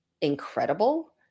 incredible